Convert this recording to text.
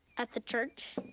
at the church?